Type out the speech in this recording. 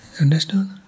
Understood